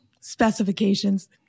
specifications